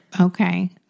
Okay